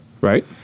Right